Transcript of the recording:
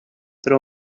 that